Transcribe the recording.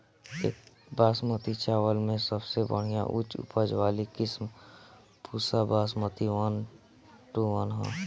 एक बासमती चावल में सबसे बढ़िया उच्च उपज वाली किस्म Pusa Basmati one one two one ह?